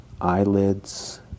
eyelids